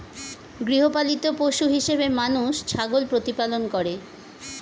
গৃহপালিত পশু হিসেবে মানুষ ছাগল প্রতিপালন করে